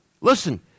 Listen